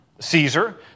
Caesar